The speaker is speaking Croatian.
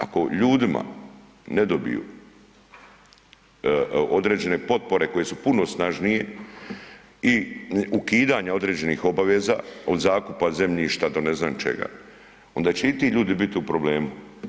Ako ljudima ne dobiju određene potpore koje su puno snažnije i ukidanje određenih obaveza od zakupa zemljišta do ne znam čega, onda će i ti ljudi biti u problemu.